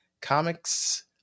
Comics